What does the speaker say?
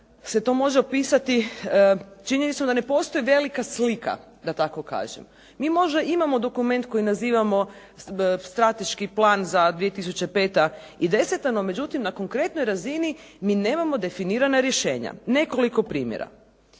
se to može opisati činjenicom da ne postoji velika slika, da tako kažem. Mi možda imamo dokument koji nazivamo Strateški plan za 2005. i 2010., no međutim, na konkretnoj razini mi nemamo definirana rješenja. Nekoliko primjera.